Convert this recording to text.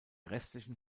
restlichen